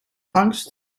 angst